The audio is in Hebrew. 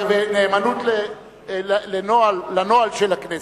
נאמנות לנוהל של הכנסת.